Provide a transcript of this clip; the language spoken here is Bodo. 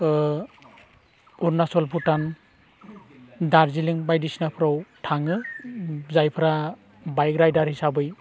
अरुनाचल भुटान दार्जिलिंग बायदिसिनाफ्राव थाङो जायफोरा बाइक राइडार हिसाबै